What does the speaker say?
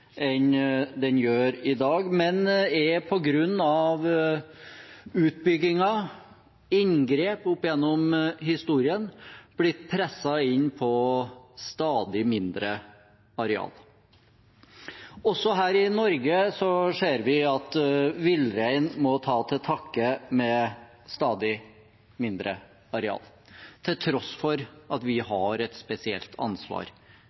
enn den gjør i dag, men er på grunn av utbygging og inngrep opp gjennom historien blitt presset inn på stadig mindre arealer. Også her i Norge ser vi at villrein må ta til takke med stadig mindre arealer, til tross for at vi i europeisk sammenheng har et spesielt ansvar